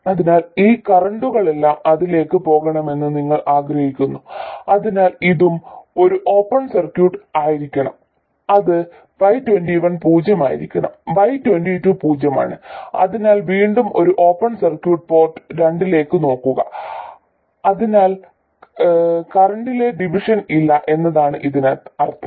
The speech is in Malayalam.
അതിനാൽ ഈ കറന്റുകളെല്ലാം അതിലേക്ക് പോകണമെന്ന് നിങ്ങൾ ആഗ്രഹിക്കുന്നു അതിനാൽ ഇതും ഒരു ഓപ്പൺ സർക്യൂട്ട് ആയിരിക്കണം അത് y22 പൂജ്യമായിരിക്കണം y22 പൂജ്യമാണ് അതിനാൽ വീണ്ടും ഒരു ഓപ്പൺ സർക്യൂട്ട് പോർട്ട് രണ്ടിലേക്ക് നോക്കുക അതിനാൽ കറന്റ്ലെ ഡിവിഷൻ ഇല്ല എന്നാണ് ഇതിനർത്ഥം